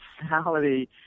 personality